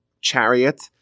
chariot